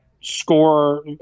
score